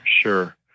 sure